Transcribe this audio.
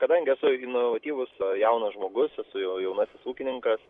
kadangi esu inovatyvus jaunas žmogus esu jau jaunasis ūkininkas